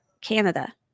Canada